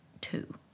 two